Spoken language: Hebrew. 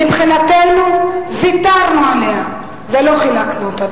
מבחינתנו ויתרנו עליה, ולא חילקנו אותה.